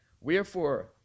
Wherefore